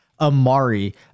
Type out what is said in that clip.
Amari